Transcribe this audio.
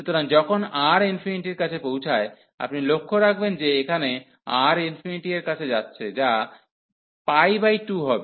সুতরাং যখন R ∞ এর কাছে পৌঁছায় আপনি লক্ষ্য রাখবেন যে এখানে R এর কাছে যাচ্ছে যা 2 হবে